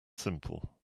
simple